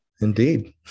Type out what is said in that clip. indeed